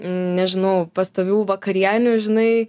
nežinau pastovių vakarienių žinai